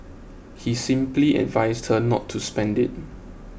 he simply advised her not to spend it